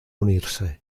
unirse